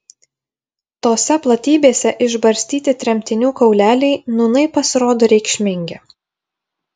tose platybėse išbarstyti tremtinių kauleliai nūnai pasirodo reikšmingi